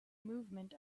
movement